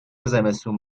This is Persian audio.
زمستون